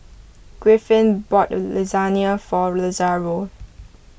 Griffin bought Lasagna for Lazaro